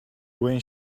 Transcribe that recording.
when